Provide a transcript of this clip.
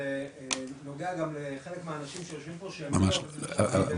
וזה גם נוגע לחלק מהאנשים שיושבים פה --- אני